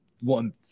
One